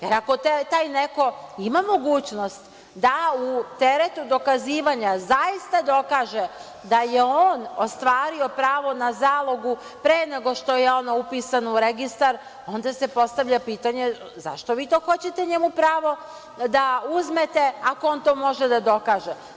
Jer, ako taj neko ima mogućnost da u teretu dokazivanja zaista dokaže da je on ostvario pravo na zalogu pre nego što je ona upisana u registar, onda se postavlja pitanje zašto vi to hoćete njemu pravo da uzmete, ako on to može da dokaže?